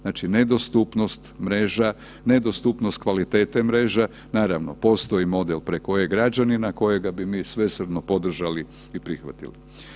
Znači nedostupnost mreža, nedostupnost kvalitete mreža, naravno postoji model preko e-Građani na kojega bi mi svesrdno podržali i prihvatili.